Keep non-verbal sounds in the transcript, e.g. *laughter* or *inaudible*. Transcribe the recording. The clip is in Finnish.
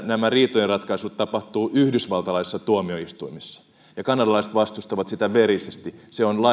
*unintelligible* nämä riitojen ratkaisut tapahtuvat yhdysvaltalaisissa tuomioistuimissa ja kanadalaiset vastustavat sitä verisesti se on